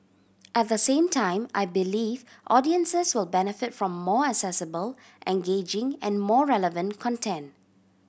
at the same time I believe audiences will benefit from more accessible engaging and more relevant content